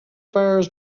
fires